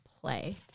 play